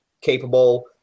capable